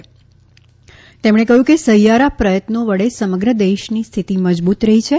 પ્રધાનમંત્રીએ કહ્યું કે સહિયારા પ્રયત્નો વડે સમગ્ર દેશની સ્થિતિ મજબુત રહી છે